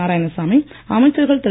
நாராயணசாமி அமைச்சர்கள் திரு